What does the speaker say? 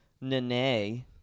Nene